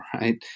right